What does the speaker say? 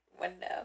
window